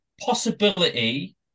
possibility